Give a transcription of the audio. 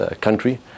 country